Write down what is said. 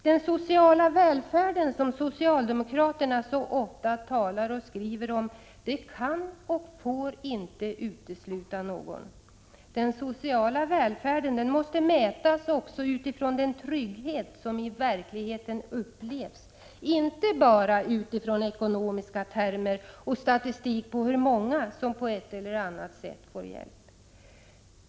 Den sociala välfärden, som socialdemokraterna så ofta talar och skriver om, kan och får inte utesluta någon. Den sociala välfärden måste mätas också utifrån den trygghet som i verkligheten upplevs — inte bara utifrån ekonomiska termer och statistik på hur många som på ett eller annat sätt får hjälp.